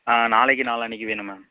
நாளைக்கு நாளான்னைக்கு வேணும் மேம்